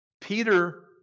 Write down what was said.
Peter